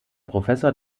professor